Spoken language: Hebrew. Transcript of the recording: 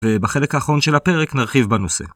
ובחלק האחרון של הפרק נרחיב בנושא.